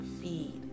feed